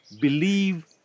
believe